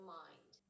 mind